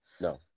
No